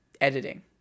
editing